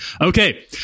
Okay